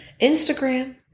Instagram